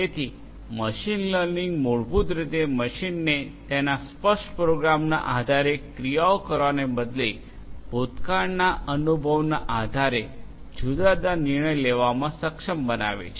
તેથી machine learning મૂળરૂપે મશીનને તેના સ્પષ્ટ પ્રોગ્રામના આધારે ક્રિયાઓ કરવાને બદલે ભૂતકાળના અનુભવના આધારે જુદા જુદા નિર્ણય લેવામાં સક્ષમ બનાવે છે